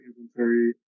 inventory